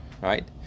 right